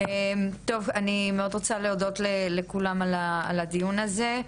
טוב, אני מאוד רוצה להודות לכולם על הדיון הזה.